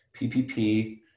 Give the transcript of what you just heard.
PPP